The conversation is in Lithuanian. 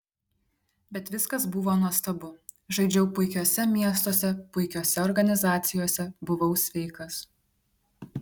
bet viskas buvo nuostabu žaidžiau puikiuose miestuose puikiose organizacijose buvau sveikas